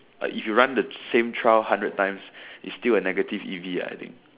if you run the same trial hundred times it's still negative I think